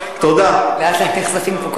נכון, לאט לאט נחשפים כל